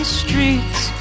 streets